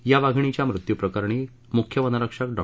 या वाधिणीच्या मृत्यूप्रकरणी मुख्य वनरक्षक डॉ